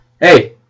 Hey